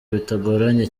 bitagoranye